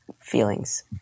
feelings